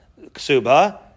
ksuba